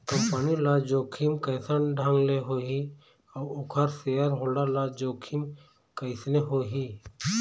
Company ल जोखिम कइसन ढंग ले होही अउ ओखर सेयर होल्डर ल जोखिम कइसने होही?